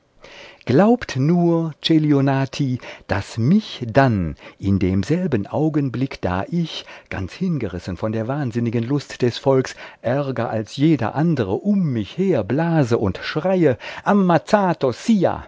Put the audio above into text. glaubt nur celionati daß mich dann in demselben augenblick da ich ganz hingerissen von der wahnsinnigen lust des volks ärger als jeder andere um mich her blase und schreie ammazzato